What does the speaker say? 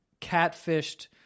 catfished